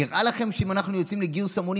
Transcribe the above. נראה לכם שאם אנחנו יוצאים לגיוס המונים